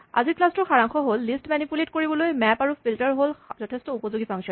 আজিৰ ক্লাছটোৰ সাৰাংশ হ'ল লিষ্ট মেনিপুলেট কৰিবলৈ মেপ আৰু ফিল্টাৰ হ'ল যথেষ্ট উপযোগী ফাংচন